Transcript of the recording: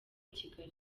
kigali